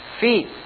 feet